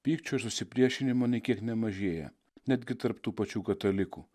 pykčio ir susipriešinimo nei kiek nemažėja netgi tarp tų pačių katalikų